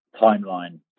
timeline